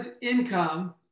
income